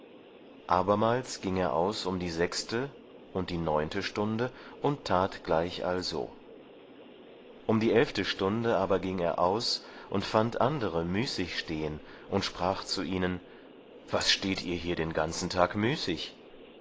abermals ging er aus um die sechste und die neunte stunde und tat gleichalso um die elfte stunde aber ging er aus und fand andere müßig stehen und sprach zu ihnen was steht ihr hier den ganzen tag müßig